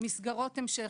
מסגרות המשך.